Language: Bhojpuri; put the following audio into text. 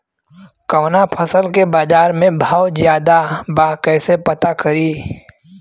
कवना फसल के बाजार में भाव ज्यादा बा कैसे पता करि?